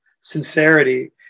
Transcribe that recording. sincerity